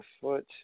foot